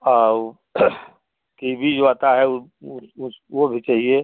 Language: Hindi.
और कीवी जो आता है वो उस वो भी चाहिए